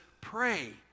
pray